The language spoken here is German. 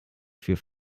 für